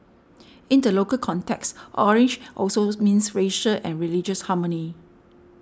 in the local context orange also means racial and religious harmony